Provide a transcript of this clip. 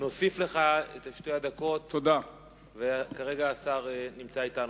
נוסיף לך את שתי הדקות וכרגע השר נמצא אתנו.